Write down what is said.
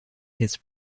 his